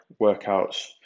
workouts